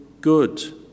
good